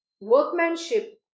workmanship